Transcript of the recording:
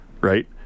right